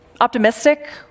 optimistic